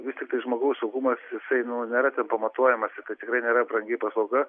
vis tiktai žmogaus saugumas jisai nu nėra ten pamatuojamas tikrai nėra brangi paslauga